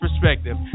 perspective